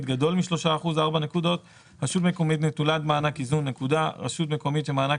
גדול מ-3% 4 רשות מקומית נטולת מענק איזון 4 רשות מקומית שמענק